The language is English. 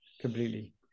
Completely